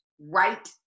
right